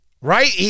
right